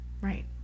Right